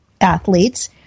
athletes